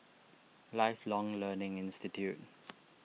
Lifelong Learning Institute